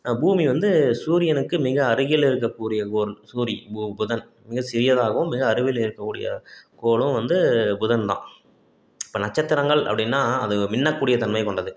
பூமி வந்து சூரியனுக்கு மிக அருகில் இருக்கக்கூடிய ஒரு சூரி பு புதன் மிக சிறியதாகவும் மிக அருவில் இருக்கக்கூடிய கோளும் வந்து புதன்தான் இப்போ நட்சத்திரங்கள் அப்படின்னா அது மின்னக்கூடிய தன்மை கொண்டது